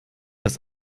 dass